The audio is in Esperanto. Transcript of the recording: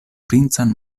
princan